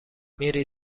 میری